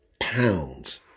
pounds